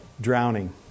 drowning